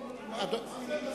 מה זה מסכימים?